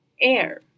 air